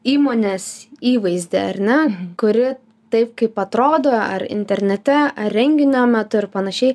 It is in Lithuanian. įmonės įvaizdį ar ne kuri taip kaip atrodo ar internete ar renginio metu ir panašiai